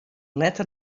letter